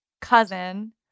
cousin